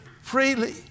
freely